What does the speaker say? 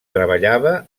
treballava